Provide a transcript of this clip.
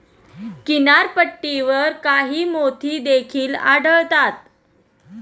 किनारपट्टीवर काही मोती देखील आढळतात